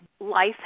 life